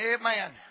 amen